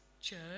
church